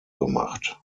gemacht